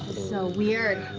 so weird!